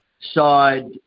side